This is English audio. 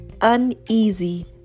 uneasy